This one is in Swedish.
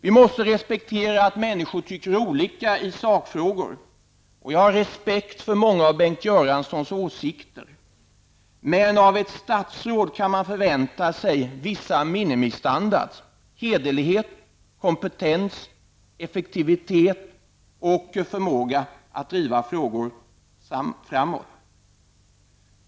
Vi måste respektera att människor tycker olika i sakfrågor och jag har respekt för många av Bengt Göranssons åsikter, men av ett statsråd kan man förvänta sig en viss minimistandard, nämligen hederlighet, kompetens, effektivitet och förmåga att driva frågor framåt.